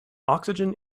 oxygen